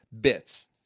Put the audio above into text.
bits